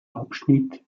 abschnitt